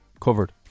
covered